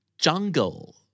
Jungle